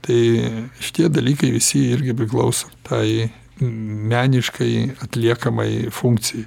tai šitie dalykai visi irgi priklauso tai meniškai atliekamai funkcijai